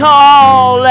Call